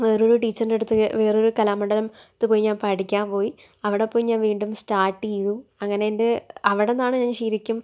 വേറൊരു ടീച്ചറിൻ്റെ അടുത്ത് വേറൊരു കലാമണ്ഡലത്ത് പോയി ഞാൻ പഠിക്കാൻ പോയി അവിടെ പോയി ഞാൻ വീണ്ടും സ്റ്റാർട്ട് ചെയ്തു അങ്ങനെ എൻ്റെ അവിടെന്നാണ് ഞാൻ ശെരിക്കും